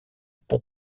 pont